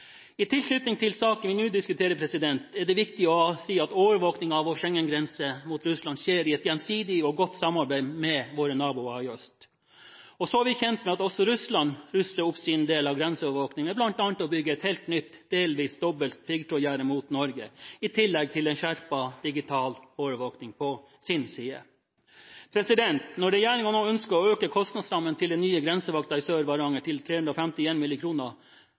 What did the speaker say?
I tilknytningen til saken vi nå diskuterer, er det viktig å si at overvåkningen av vår Schengen-grense mot Russland skjer i et gjensidig og godt samarbeid med våre naboer i øst. Så er vi kjent med at også Russland ruster opp sin del av grenseovervåkningen, med bl.a. å bygge et helt nytt, delvis dobbelt, piggtrådgjerde mot Norge i tillegg til en skjerpet digital overvåkning på sin side. Når regjeringen nå ønsker å øke kostnadsrammen til den nye grensevakten i Sør-Varanger til